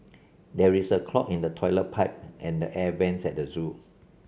there is a clog in the toilet pipe and the air vents at the zoo